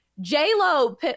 J-Lo